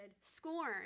scorn